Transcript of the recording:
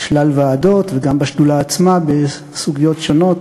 בשלל ועדות וגם בשדולה עצמה בסוגיות שונות,